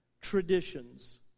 traditions